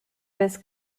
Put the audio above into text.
was